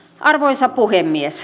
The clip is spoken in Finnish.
arvoisa puhemies